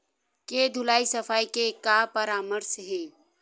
के धुलाई सफाई के का परामर्श हे?